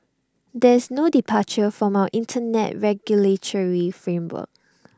there is no departure from our Internet regulatory framework